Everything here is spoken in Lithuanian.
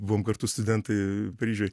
buvom kartu studentai paryžiuj